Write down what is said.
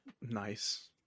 Nice